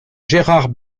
gérard